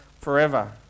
forever